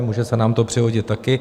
Může se nám to přihodit také.